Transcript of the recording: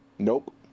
Nope